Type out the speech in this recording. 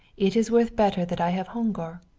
it is worth better that i have hunger,